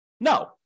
No